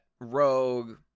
rogue